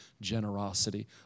generosity